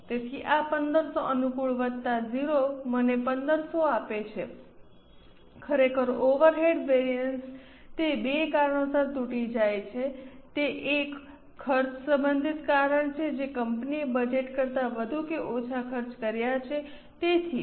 તેથી આ 1500 અનુકૂળ વત્તા 0 મને 1500 આપે છે ખરેખર ઓવરહેડ વેરિઅન્સ તે 2 કારણોસર તૂટી જાય છે તે એક ખર્ચ સંબંધિત કારણ છે જે કંપનીએ બજેટ કરતાં વધુ કે ઓછા ખર્ચ કર્યા છે તેથી જ